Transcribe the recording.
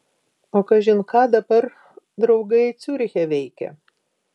o kažin ką dabar draugai ciuriche veikia